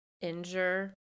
injure